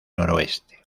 noroeste